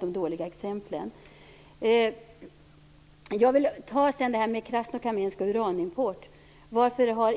Sedan vill jag ta upp frågan om Krasnokamensk och uranimporten. Varför har